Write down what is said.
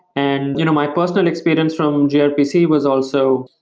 and you know my personal experience from grpc was also,